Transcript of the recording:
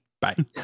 Bye